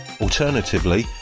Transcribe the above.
Alternatively